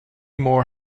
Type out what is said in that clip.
more